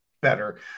better